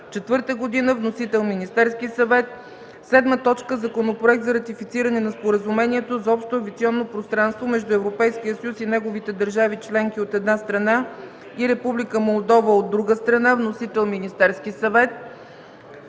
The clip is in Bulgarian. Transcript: от 1974 г. Вносител – Министерският съвет. 7. Законопроект за ратифициране на Споразумението за общо авиационно пространство между Европейския съюз и неговите държави членки, от една страна, и Република Молдова, от друга страна. Вносител – Министерският съвет.